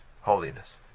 holiness